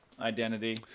identity